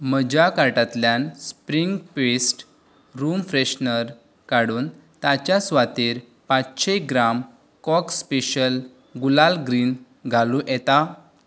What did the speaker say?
म्हज्या कार्टांतल्यान spring fest room freshener काडून ताचे सुवातेर पांचशें ग्राम कॉक स्पॅशल गुलाल ग्रीन घालूं येता